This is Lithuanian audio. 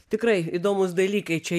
tikrai įdomūs dalykai čia